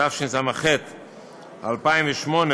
התשס"ח 2008,